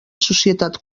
societat